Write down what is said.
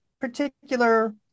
particular